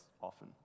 often